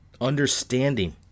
understanding